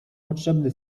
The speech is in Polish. potrzebny